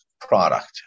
product